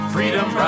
Freedom